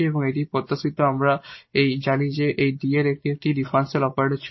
এবং এটিই প্রত্যাশিত আমরা এটি জানি যে D একটি ডিফারেনশিয়াল অপারেটর ছিল